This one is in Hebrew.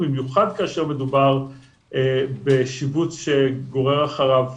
במיוחד כאשר מדובר בשיבוץ שגורר אחריו